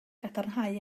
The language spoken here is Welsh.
gadarnhau